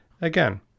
Again